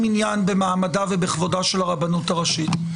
עניין במעמדה ובכבודה של הרבנות הראשית,